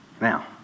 Now